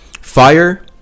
Fire